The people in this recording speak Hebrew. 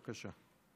בבקשה.